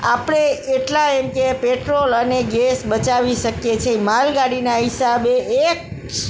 આપણે એટલા એમ કે પેટ્રોલ અને ગેસ બચાવી શકીએ છીએ માલગાડીના હિસાબે એક